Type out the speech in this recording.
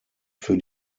für